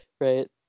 Right